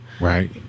right